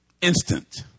Instant